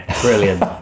Brilliant